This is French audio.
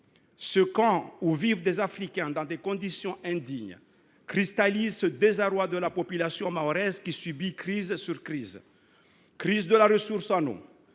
Ce camp, où vivent des Africains dans des conditions indignes, cristallise le désarroi de la population mahoraise, qui subit crise sur crise : crise de la ressource en eau,